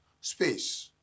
space